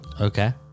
Okay